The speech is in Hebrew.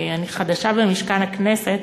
אני חדשה במשכן הכנסת,